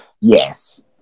Yes